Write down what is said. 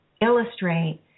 illustrate